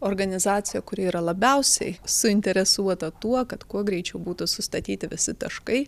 organizacija kuri yra labiausiai suinteresuota tuo kad kuo greičiau būtų sustatyti visi taškai